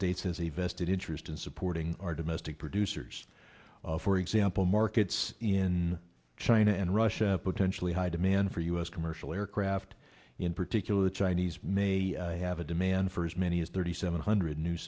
states has a vested interest in supporting our domestic producers for example markets in china and russia potentially high demand for u s commercial aircraft in particular the chinese may have a demand for as many as thirty seven hundred new